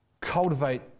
cultivate